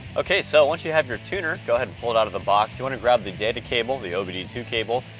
okay. so once you have your tuner, go ahead and pull it out of the box. you wanna grab the data cable, the o b d two cable,